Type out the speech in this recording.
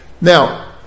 Now